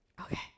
Okay